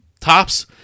tops